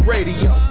Radio